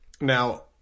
Now